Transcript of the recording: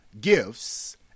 gifts